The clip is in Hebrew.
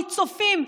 צופים,